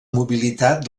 mobilitat